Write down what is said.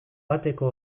bateko